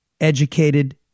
educated